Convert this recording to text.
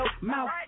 mouth